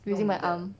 using my arm